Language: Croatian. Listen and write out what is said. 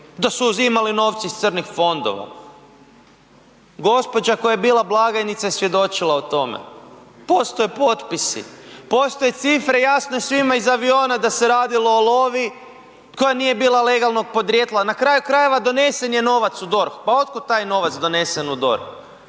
da su uzimani novci iz crnih fondova. Gospođa koja je bila blagajnica je svjedočila o tome, postoje potpisi, postoje cifre i jasno je svima iz aviona da se radilo o lovi koja nije bila legalnog podrijetla na kraju krajeva donesen je novac u DORH. Pa otkud taj novac donesen u DORH?